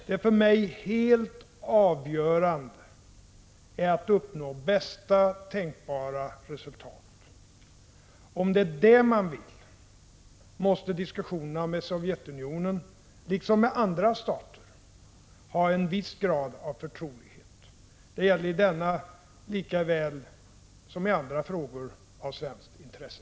Det för mig helt avgörande är att uppnå bästa tänkbara resultat. Om det är det man vill, måste diskussionerna med Sovjetunionen, liksom med andra stater, ha en viss grad av förtrolighet. Det gäller i denna likaväl som i andra frågor av svenskt intresse.